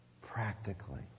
practically